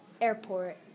airport